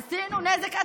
עשיתם נזק, עשיתם נזק.